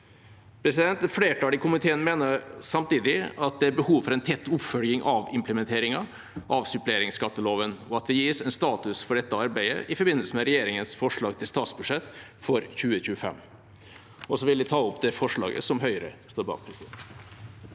flertall i komiteen mener samtidig at det er behov for en tett oppfølging av implementeringen av suppleringsskatteloven, og for at det gis en status for dette arbeidet i forbindelse med regjeringens forslag til statsbudsjett for 2025. Jeg vil ta opp det forslaget som Høyre står bak.